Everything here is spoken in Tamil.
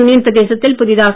யூனியன் பிரதேசத்தில் புதிதாக